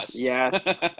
Yes